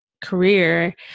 career